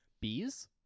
Bees